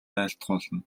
айлтгуулна